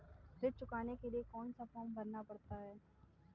ऋण चुकाने के लिए कौन सा फॉर्म भरना पड़ता है?